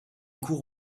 cours